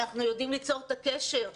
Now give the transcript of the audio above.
אנחנו יודעים ליצור את הקשר,